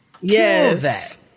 yes